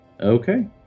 Okay